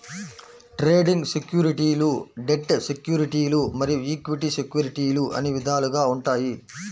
trading సెక్యూరిటీలు debt సెక్యూరిటీలు మరియు ఈక్విటీ సెక్యూరిటీలు అని విధాలుగా ఉంటాయి